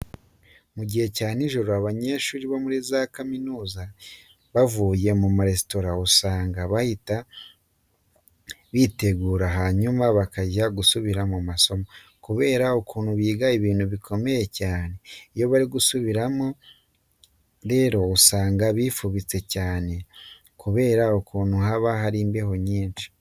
Mu gihe cya nijoro iyo abanyeshuri bo muri kaminuza bavuye mu maresitora, usanga bahita bitegura hanyuma bakajya gusubiramo amasomo, kubera ukuntu biga ibintu bikomeye cyane. Iyo bari gusubiramo amasomo rero usanga bifubitse cyane kubera ukuntu haba hari imbeho nyinshi.